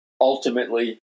ultimately